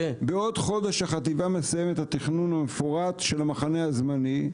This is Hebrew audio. בעוד חודש החטיבה מסיימת את התכנון המפורט של המחנה הזמני,